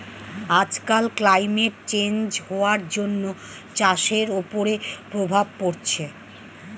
আজকাল climate change হওয়ার জন্য চাষের ওপরে প্রভাব পড়ছে